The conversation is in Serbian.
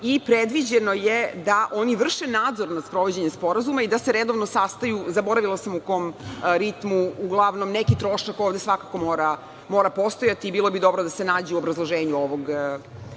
i predviđeno je da oni vrše nadzor nad sprovođenjem Sporazuma i da se redovno sastaju, zaboravila sam u kom ritmu, uglavnom neki trošak ovde svakako mora postojati i bilo bi dobro da se nađu obrazloženja ovog